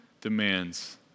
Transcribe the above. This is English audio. demands